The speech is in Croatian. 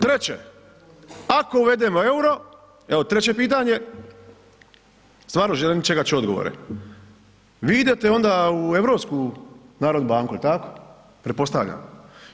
Treće, ako uvedemo euro, evo treće pitanje, stvarno želim čekat ću odgovore, vi onda idete u Europsku narodnu banku jel tako, pretpostavljam